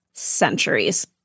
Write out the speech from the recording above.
centuries